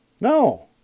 No